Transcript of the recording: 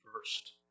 first